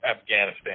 Afghanistan